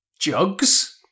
Jugs